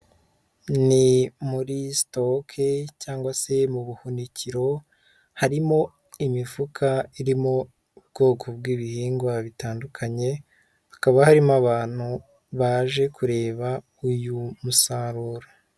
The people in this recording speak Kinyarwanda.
Ni muri sitoke cyangwa se mu buhunikiro, harimo imifuka irimo ubwoko bw'ibihingwa bitandukanye, hakaba harimo abantu baje kureba uyu musaruro.